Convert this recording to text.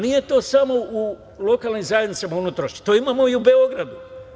Nije to samo u lokalnim zajednicama, to imamo i u Beogradu.